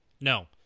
No